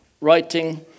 writing